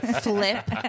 flip